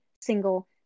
single